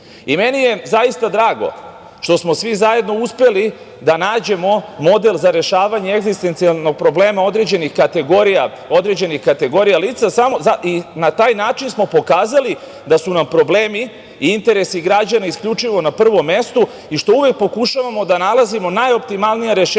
je zaista drago što smo svi zajedno uspeli da nađemo model za rešavanje egzistencijalnog problema određenih kategorija lica i na taj način smo pokazali da su nam problemi i interesi građana isključivo na prvom mestu i što uvek pokušavamo da nalazimo najoptimalnija rešenja,